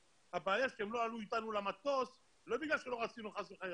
נמלטים ולכן הם מקבלים אקסטרה בנוסף לסל הקליטה,